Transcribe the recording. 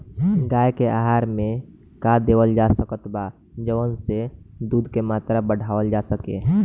गाय के आहार मे का देवल जा सकत बा जवन से दूध के मात्रा बढ़ावल जा सके?